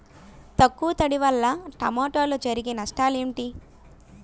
తక్కువ తడి వల్ల టమోటాలో జరిగే నష్టాలేంటి?